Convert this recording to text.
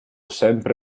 sempre